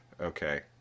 okay